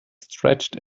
stretched